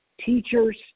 teachers